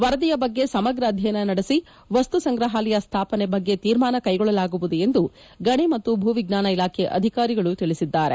ವರದಿಯ ಬಗ್ಗೆ ಸಮಗ್ರ ಅಧ್ಯಯನ ನಡೆಸಿ ವಸ್ತು ಸಂಗ್ರಾಹಾಲಯ ಸ್ವಾಪನೆ ಬಗ್ಗೆ ತೀರ್ಮಾನ ಕೈಗೊಳ್ಳಲಾಗುವುದು ಎಂದು ಗಣಿ ಮತ್ತು ಭೂವಿಜ್ಞಾನ ಇಲಾಖೆ ಅಧಿಕಾರಿಗಳು ತಿಳಿಸಿದ್ದಾರೆ